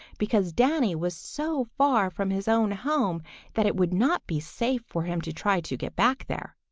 because danny was so far from his own home that it would not be safe for him to try to get back there.